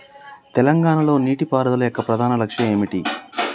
తెలంగాణ లో నీటిపారుదల యొక్క ప్రధాన లక్ష్యం ఏమిటి?